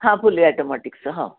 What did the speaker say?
हां फुली ॲटोमॅटिकचं हां